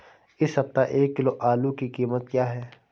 इस सप्ताह एक किलो आलू की कीमत क्या है?